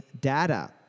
data